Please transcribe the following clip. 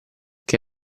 che